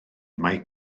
mae